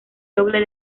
doble